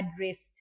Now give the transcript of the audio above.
addressed